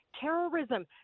terrorism